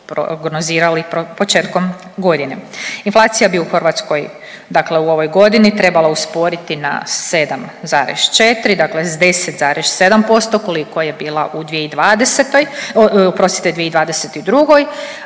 prognozirali početkom godine. Inflacija bi u Hrvatskoj dakle u ovoj godini trebala usporiti na 7,4. Dakle, sa 10,7% koliko je bila u 2020.,